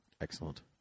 Excellent